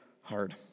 hard